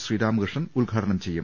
ശ്രീരാമകൃഷ്ണൻ ഉദ്ഘാടനം ചെയ്യും